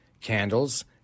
candles